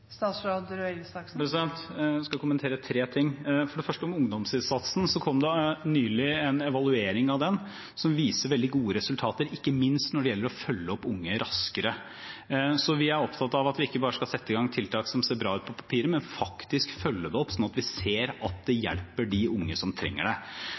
skal kommentere tre ting. For det første ungdomsinnsatsen: Det kom nylig en evaluering av den som viser veldig gode resultater, ikke minst når det gjelder å følge opp unge raskere. Vi er opptatt av at vi ikke bare skal sette i gang tiltak som ser bra ut på papiret, men faktisk følge dem opp, slik at vi ser at det hjelper de unge som trenger det.